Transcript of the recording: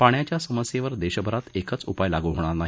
पाण्याच्या समस्येवर देशभरात एकच उपाय लागू होणार नाही